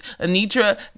Anitra